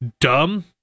dumb